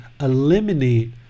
eliminate